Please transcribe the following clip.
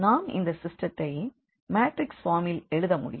நாம் இந்த சிஸ்டத்தை மாட்ரிக்ஸ் ஃபார்மில் ல் எழுத முடியும்